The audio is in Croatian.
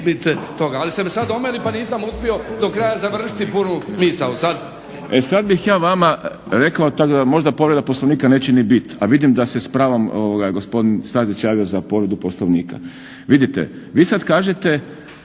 E sad bih ja vama rekao tako da možda povrede Poslovnika neće ni biti, a vidim da se s pravom gospodin Stazić javio za povredu Poslovnika. Vidite, vi sad kažete